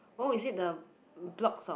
oh is the blocks of